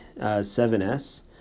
7S